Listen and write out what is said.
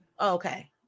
Okay